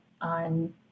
on